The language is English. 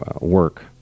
work